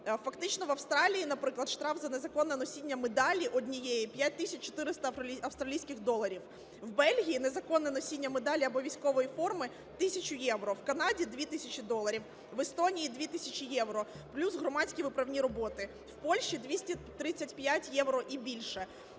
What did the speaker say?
Фактично в Австралії, наприклад, штраф за незаконне носіння медалі однієї - 5400 австралійських доларів. У Бельгії незаконне носіння медалі або військової форми - 1000 євро, у Канаді – 2000 доларів, в Естонії – 2000 євро плюс громадські виправні роботи, у Польщі – 235 євро і більше.